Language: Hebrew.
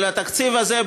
אבל התקציב הזה,